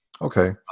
Okay